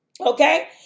Okay